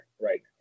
right